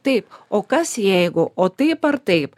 taip o kas jeigu o taip ar taip